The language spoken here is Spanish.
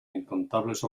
incontables